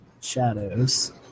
shadows